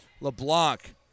LeBlanc